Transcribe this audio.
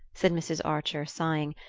said mrs. archer sighing,